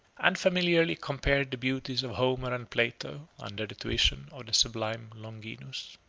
and familiarly compared the beauties of homer and plato under the tuition of the sublime longinus.